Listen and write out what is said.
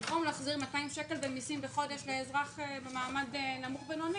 במקום להחזיר 200 שקל במיסים בחודש לאזרח במעמד נמוך-בינוני,